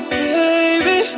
baby